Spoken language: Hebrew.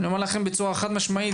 אני אומר לכם בצורה חד משמעית.